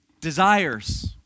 desires